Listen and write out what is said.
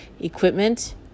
equipment